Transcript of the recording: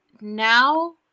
now